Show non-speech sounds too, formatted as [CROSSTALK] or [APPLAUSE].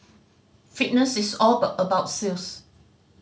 fitness is all [UNINTELLIGIBLE] about sales